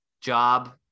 job